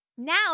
Now